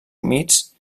humits